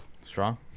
Strong